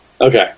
Okay